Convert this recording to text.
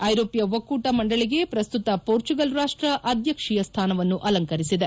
ಐರೋಪ್ಯ ಒಕ್ಕೂಟ ಮಂಡಳಿಗೆ ಪ್ರಸ್ತುತ ಪೋರ್ಚುಗಲ್ ರಾಷ್ಟ ಅಧ್ಯಕ್ಷೀಯ ಸ್ಥಾನವನ್ನು ಅಲಂಕರಿಸಿದೆ